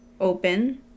open